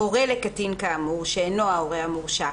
הורה לקטין כאמור שאינו ההורה המורשע,